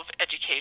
education